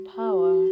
power